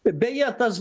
beje tas